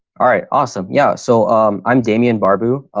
all right, awesome. yeah. so i'm damien barbu.